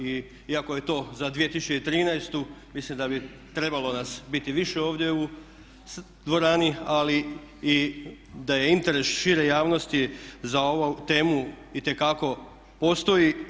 I iako je to za 2013. mislim da bi trebalo nas biti više ovdje u dvorani ali i da je interes šire javnosti za ovu temu itekako postoji.